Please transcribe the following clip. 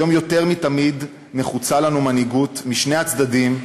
היום יותר מתמיד נחוצה לנו מנהיגות משני הצדדים,